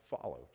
follows